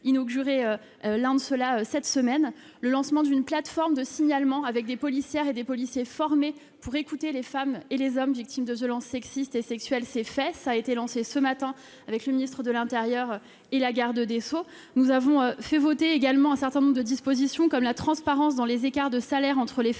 inauguré l'une d'entre elles cette semaine -; à lancer une plateforme de signalement avec des policières et des policiers formés pour écouter les femmes et les hommes victimes de violences sexistes et sexuelles : cela a été fait ce matin avec le ministre de l'intérieur et la garde des sceaux. Nous avons fait voter également un certain nombre de dispositions, comme la transparence dans les écarts de salaire entre les femmes